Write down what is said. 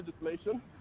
legislation